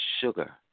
sugar